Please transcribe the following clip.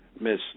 Miss